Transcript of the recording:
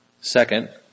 Second